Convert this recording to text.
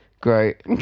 Great